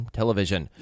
television